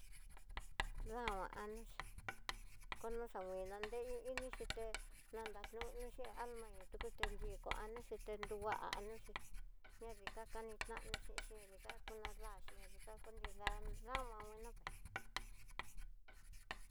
Dama anoxhii, koxakui nanreiño ini xhité nanarió nuché almayó'o tukute nrieko, añoxeti nrua añoxhi ña dikaka nritan no xhinxi ña dika ku nadaxi ña ndika kunida damaminá kue.